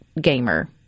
gamer